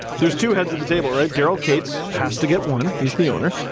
there's two heads at the table, right? daryl katz has to get one. he's the owner.